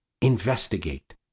investigate